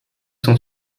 son